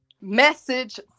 message